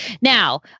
Now